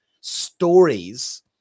stories